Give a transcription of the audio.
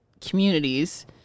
communities